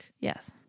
Yes